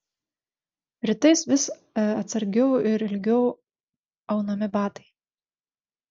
rytais vis atsargiau ir ilgiau aunami batai